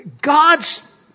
God's